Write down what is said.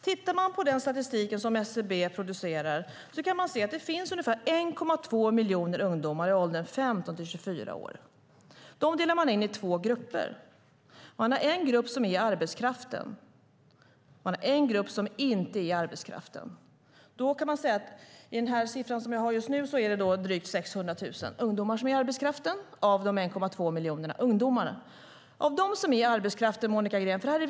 Tittar man på den statistik som SCB producerar kan man se att det finns ungefär 1,2 miljoner ungdomar i åldern 15-24 år. De delar man in i två grupper. Man har en grupp som är i arbetskraften, och man har en grupp som inte är i arbetskraften. Den siffra som jag har just nu är att det är drygt 600 000 ungdomar som är i arbetskraften av de 1,2 miljoner ungdomarna. Detta är viktigt, Monica Green.